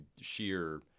sheer